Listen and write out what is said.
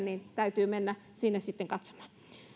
niin täytyy mennä sinne sitten katsomaan